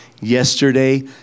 yesterday